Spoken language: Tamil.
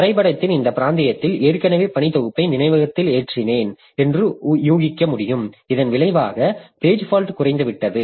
வரைபடத்தின் இந்த பிராந்தியத்தில் ஏற்கனவே பணி தொகுப்பை நினைவகத்தில் ஏற்றினேன் என்று ஊகிக்க முடியும் இதன் விளைவாக பேஜ் ஃபால்ட் குறைந்துவிட்டது